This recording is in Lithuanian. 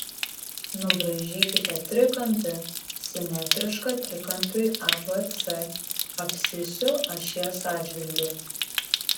nubraižykite trikampį simetrišką trikampiui abc abscisių ašies atžvilgiu